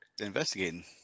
investigating